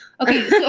okay